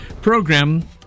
program